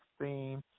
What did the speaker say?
theme